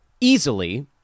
easily